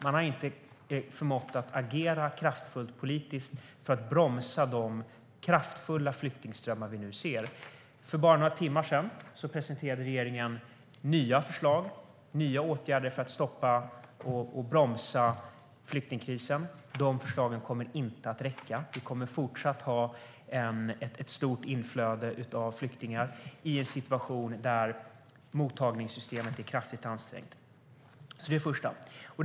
Man har inte förmått att agera kraftfullt politiskt för att bromsa de stora flyktingströmmar vi nu ser. För bara några timmar sedan presenterade regeringen nya förslag till åtgärder för att bromsa flyktingkrisen. De förslagen kommer inte att räcka. Det kommer även i fortsättningen att vara ett stort inflöde av flyktingar i en kraftigt ansträngd situation för mottagningssystemet.